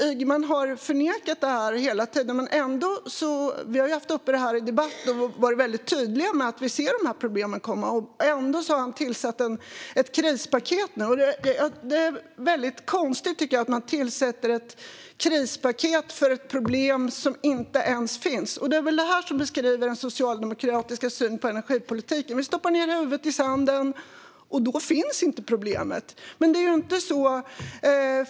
Ygeman har hela tiden förnekat detta. Vi har haft det uppe för debatt och varit väldigt tydliga med att vi ser de här problemen, och nu har han tillsatt ett krispaket. Jag tycker att det är konstigt att man tillsätter ett krispaket för att råda bot på ett problem som man menar inte finns. Det beskriver väl den socialdemokratiska synen på energipolitiken: Om vi stoppar huvudet i sanden finns inte problemet.